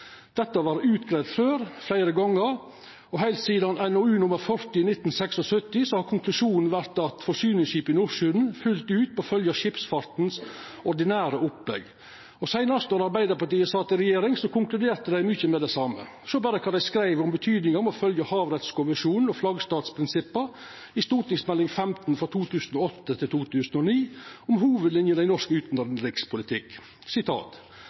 Dette har vore utgreidd før, fleire gongar. Heilt sidan NOU 1976: 40 kom, har konklusjonen vore at forsyningsskip i Nordsjøen fullt ut må følgja det ordinære opplegget for skipsfarten. Og då Arbeidarpartiet sist sat i regjering, konkluderte dei mykje med det same. Sjå berre kva dei skreiv om betydninga av å følgja havrettskonvensjonen og flaggstatsprinsippet i St.meld. nr. 15 for 2008–2009, om hovudlinjene i norsk utanrikspolitikk: